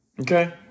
Okay